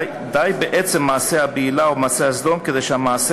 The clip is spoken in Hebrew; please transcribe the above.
די בעצם מעשה הבעילה או מעשה הסדום כדי שהמעשה